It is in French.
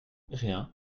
rien